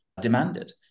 demanded